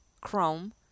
Chrome